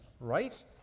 right